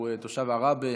והוא תושב עראבה,